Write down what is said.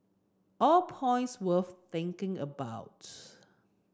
all points worth thinking about